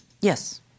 Yes